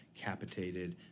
capitated